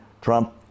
Trump